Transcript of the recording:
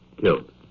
Killed